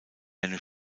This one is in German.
eine